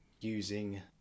using